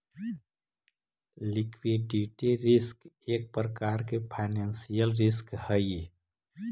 liquidity risk एक प्रकार के फाइनेंशियल रिस्क हई